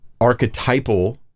archetypal